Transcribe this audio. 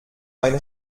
mein